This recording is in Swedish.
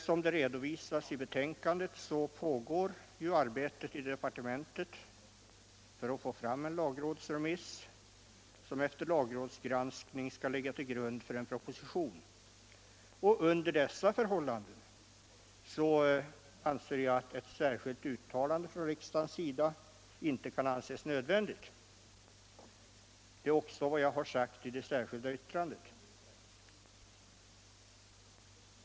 Som det redovisas i betänkandet pågår dock arbete i departementet för att få fram en lagrådsremiss, som efter lagrådsgranskning skall ligga till grund för en proposition. Under dessa förhållanden kan ett särskilt uttalande från riksdagens sida inte anses nödvändigt. Det är också vad jag har sagt i det särskilda yttrandet.